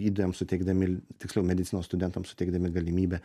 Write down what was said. gydytojams suteikdami tiksliau medicinos studentams suteikdami galimybę